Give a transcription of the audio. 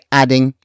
adding